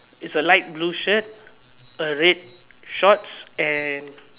is a light blue shirt a red shorts and